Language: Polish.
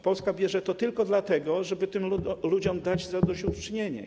Polska bierze to tylko dlatego, żeby tym ludziom dać zadośćuczynienie.